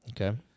Okay